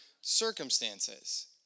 circumstances